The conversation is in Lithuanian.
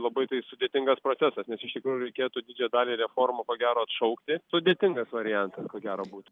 labai tai sudėtingas procesas nes iš tikrųjų reikėtų didžiąją dalį reformų ko gero atšaukti sudėtingas variantas ko gero būtų